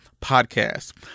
PODCAST